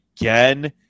again